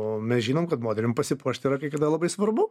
o mes žinom kad moterim pasipuošti yra kai kada labai svarbu